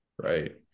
right